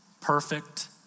perfect